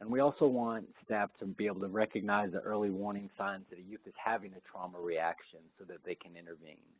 and we also want staff to be able to recognize the early warning signs that a youth is having a trauma reaction so that they can intervene.